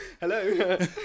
Hello